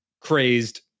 crazed